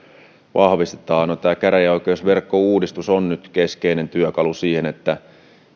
vahvistetaan no tämä käräjäoikeusverkkouudistus on nyt keskeinen työkalu siihen